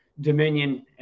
Dominion